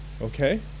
Okay